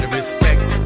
respect